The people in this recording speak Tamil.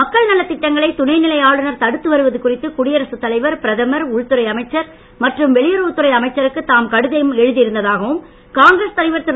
மக்கள் நலத்திட்டங்களை துணை நிலை ஆளுநர் தடுத்து வருவது குறித்து குடியரசு தலைவர் பிரதமர் உள்துறை அமைச்சர் மற்றும் வெளியுறவுத் துறை அமைச்சருக்கு தாம் கடிதம் எழுதியிருந்ததாகவும் காங்கிரஸ் தலைவர் திரு